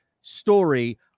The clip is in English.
story